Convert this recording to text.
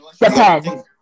Depends